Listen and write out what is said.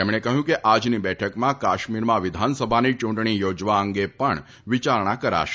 તેમણે કહ્યું કે આજની બેઠકમાં કાશ્મીરમાં વિધાનસભાની ચૂંટણી યોજવા અંગે પણ વિચારણા કરાશે